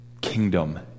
kingdom